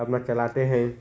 अपना चलाते हैं